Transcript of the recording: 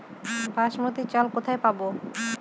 বাসমতী চাল কোথায় পাবো?